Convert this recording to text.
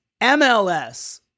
MLS